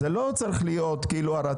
זה לא צריך להיות הרציונל.